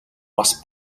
бас